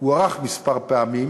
הוארך כמה פעמים,